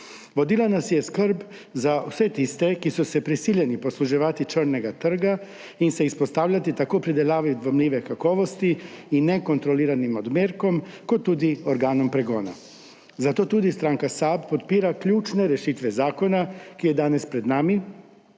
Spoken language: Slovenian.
Vodila nas je skrb za vse tiste, ki so se prisiljeni posluževati črnega trga in se izpostavljati tako pridelavi dvomljive kakovosti in nekontroliranim odmerkom kot tudi organom pregona. Zato tudi stranka SAB podpira ključne rešitve zakona, ki je danes pred nami